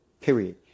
period